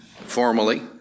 formally